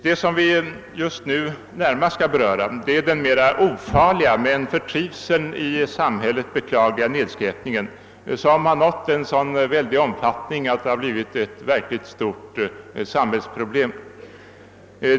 Det som vi här närmast skall diskutera är den mera ofarliga men med hänsyn till trivseln i samhället beklagliga nedskräpningen i naturen, som har nått en sådan omfattning att den blivit ett verkligt stort samhällsproblem.